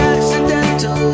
Accidental